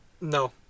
No